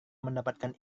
mendapatkan